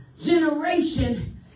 generation